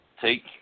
take